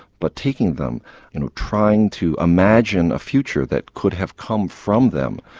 but taking them and trying to imagine a future that could have come from them,